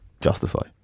justify